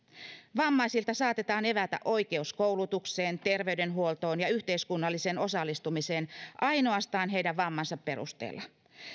vammaisilta saatetaan evätä oikeus koulutukseen terveydenhuoltoon ja yhteiskunnalliseen osallistumiseen ainoastaan heidän vammansa perusteella